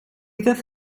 ddaeth